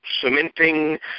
cementing